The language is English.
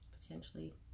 potentially